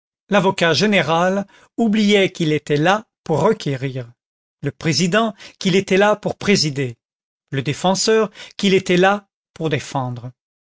l'avocat général oubliait qu'il était là pour requérir le président qu'il était là pour présider le défenseur qu'il était là pour défendre